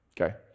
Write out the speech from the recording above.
okay